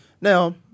now